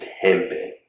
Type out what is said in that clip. pimping